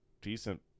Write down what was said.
decent